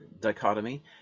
dichotomy